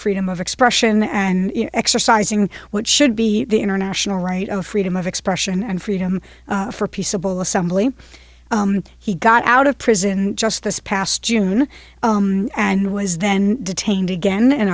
freedom of expression and exercising what should be the international right of freedom of expression and freedom for peaceable assembly he got out of prison just this past june and was then detained again